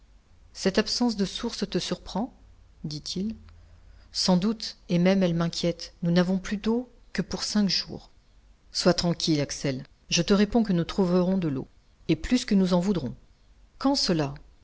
cette absence de sources te surprend dit-il sans doute et même elle m'inquiète nous n'avons plus d'eau que pour cinq jours sois tranquille axel je te réponds que nous trouverons de l'eau et plus que nous n'en voudrons quand cela